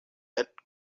that